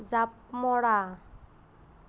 জাঁপ মৰা